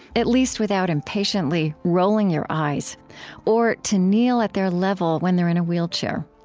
at least without impatiently rolling your eyes or to kneel at their level when they're in a wheelchair.